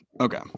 Okay